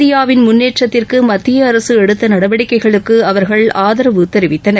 இந்தியாவின் முன்னேற்றத்திற்கு மத்திய அரசு எடுத்த நடவடிக்கைகளுக்கு அவர்கள் ஆதரவு தெரிவித்தனர்